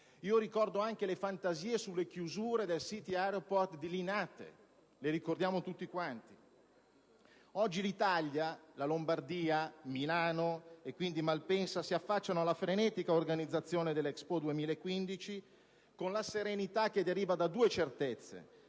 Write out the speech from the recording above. Ricordo anche le fantasie sulle chiusure del *city airport* di Linate: lo ricordiamo tutti quanti. Oggi l'Italia, la Lombardia, Milano e quindi Malpensa si affacciano alla frenetica organizzazione dell'Expo 2015 con la serenità che deriva da due certezze: